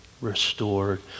restored